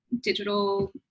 digital